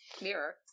Mirror